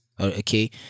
okay